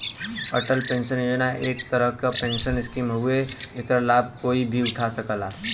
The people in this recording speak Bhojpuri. अटल पेंशन योजना एक तरह क पेंशन स्कीम हउवे एकर लाभ कोई भी उठा सकला